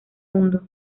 mundo